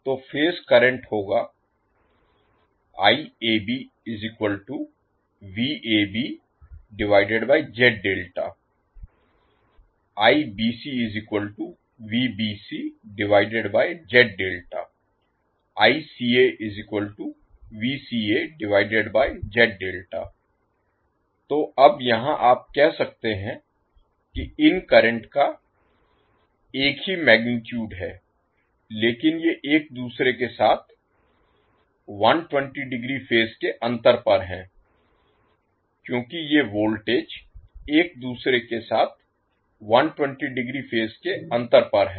तो phase current होगा तो अब यहाँ आप कह सकते हैं कि इन करंट का एक ही मैगनीटुड है लेकिन ये एक दूसरे के साथ 120 डिग्री फेज के अंतर पर है क्योंकि ये वोल्टेज एक दूसरे के साथ 120 डिग्री फेज के अंतर पर हैं